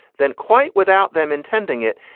then quite without them intending it,